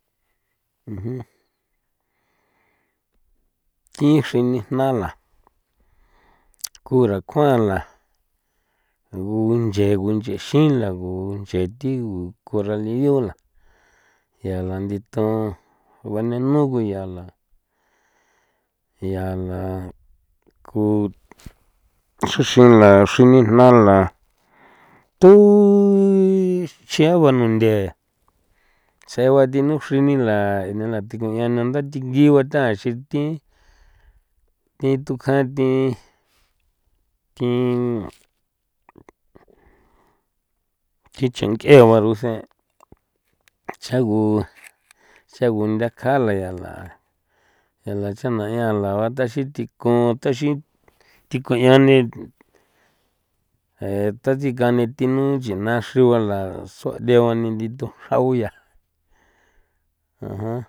thi xrini jna la kura kuan la gunche gunchexila gunche thigu coralillo la ya la ndithon venenu guyala yala ku xri xrinla xini jna la tu xiaba nunthe tsegua thinu xrini la nda thi ngigua taxi thi thitu kjathi thi thi che ng'egua rusen cha gu cha gu nthaka la yala yala cha'na yala la bataxi thikon taxi thiko yani tatsi gani thinu china xrugua la soa' dioni nditu xra guya.